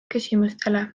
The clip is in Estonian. küsimustele